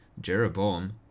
Jeroboam